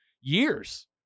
years